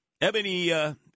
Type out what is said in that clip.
Ebony